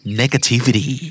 negativity